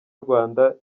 rwanda